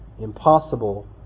impossible